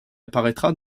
apparaîtra